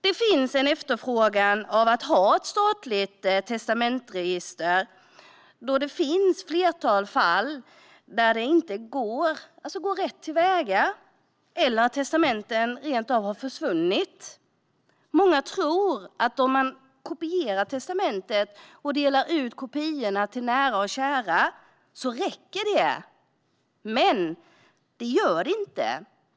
Det finns en efterfrågan på att ha ett statligt testamentsregister, då det i ett flertal fall varit så att man inte gått rätt till väga eller att testamenten rent av försvunnit. Många tror att det räcker om man kopierar testamentet och delar ut kopiorna till nära och kära. Men det gör det inte.